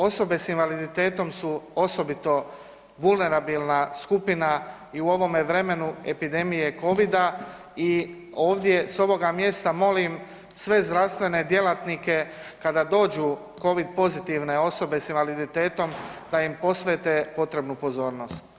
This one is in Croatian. Osobe s invaliditetom su osobito vulnerabilna i u ovome vremenu epidemije Covida i ovdje s ovoga mjesta molim sve zdravstvene djelatnike kada dođu Covid pozitivne osobe s invaliditetom da im posvete potrebnu pozornost.